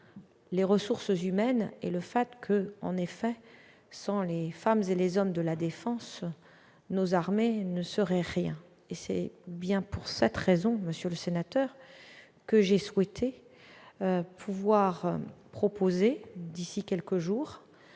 pays. Vous rappelez enfin que, sans les femmes et les hommes de la défense, nos armées ne seraient rien. C'est bien pour cette raison, monsieur le sénateur, que j'ai souhaité pouvoir proposer d'ici à quelques jours